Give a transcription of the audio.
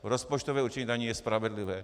Rozpočtové určení daní je spravedlivé!